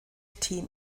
team